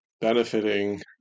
benefiting